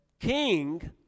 king